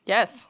Yes